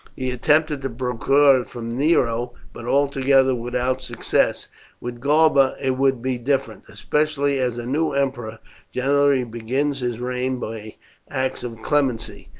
he attempted to procure it from nero, but altogether without success with galba it will be different, especially as a new emperor generally begins his reign by acts of clemency.